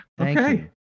Okay